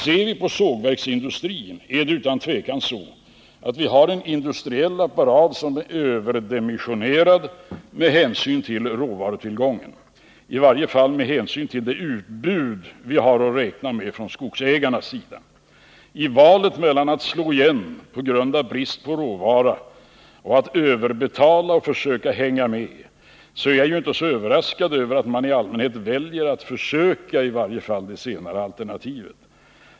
Inom sågverksindustrin är den industriella apparaten utan tvivel överdimensionerad med hänsyn till råvarutillgången, i varje fall med hänsyn till det utbud vi har att räkna med från skogsägarnas sida. I valet mellan att slå igen på grund av brist på råvara och att överbetala och försöka hänga med väljer man i allmänhet, vilket jag inte är överraskad över, att i varje fall försöka det senare alternativet.